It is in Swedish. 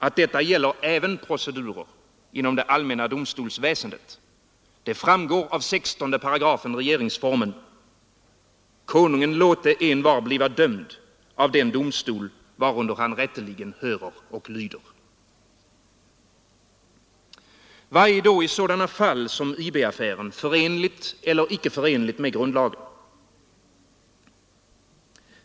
Att detta gäller även procedurer inom det allmänna domstolsväsendet framgår av 16 § regeringsformen: ”Konungen låte en var bliva dömd av den domstol, varunder han rätteligen hörer och lyder.” Vad är då i sådana fall som IB-affären förenligt eller icke förenligt med grundlagen?